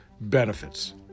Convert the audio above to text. benefits